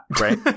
right